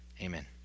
Amen